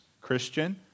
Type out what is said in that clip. Christian